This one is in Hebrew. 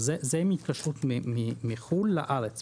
זאת התקשרות לארץ מחוץ לארץ.